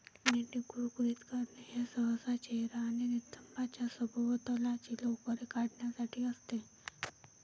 मेंढी कुरकुरीत करणे हे सहसा चेहरा आणि नितंबांच्या सभोवतालची लोकर काढण्यासाठी असते